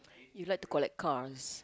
you like to collect cars